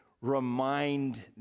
remind